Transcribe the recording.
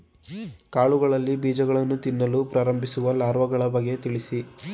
ಕಾಳುಗಳಲ್ಲಿ ಬೀಜಗಳನ್ನು ತಿನ್ನಲು ಪ್ರಾರಂಭಿಸುವ ಲಾರ್ವಗಳ ಬಗ್ಗೆ ತಿಳಿಸಿ?